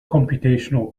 computational